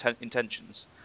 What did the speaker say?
Intentions